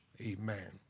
Amen